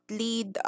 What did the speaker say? lead